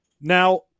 now